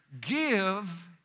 give